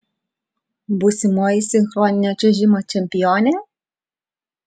būsimoji sinchroninio čiuožimo čempionė